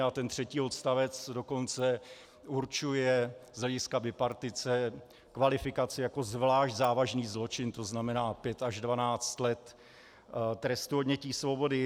A třetí odstavec dokonce určuje z hlediska bipartice kvalifikaci jako zvlášť závažný zločin, to znamená pět až dvanáct let trestu odnětí svobody.